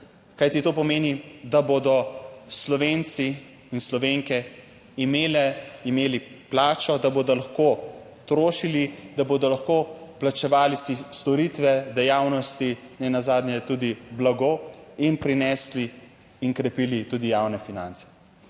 kajti to pomeni, da bodo Slovenci in Slovenke imele, imeli plačo, da bodo lahko trošili, da bodo lahko plačevali storitve, dejavnosti, nenazadnje tudi blago in prinesli in krepili tudi javne finance.